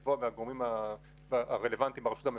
אני רק אומר כדי לקבל את הפרופורציות.